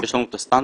שיש לנו את הסטנדרט,